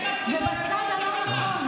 יש מצלמות בכל תחנה.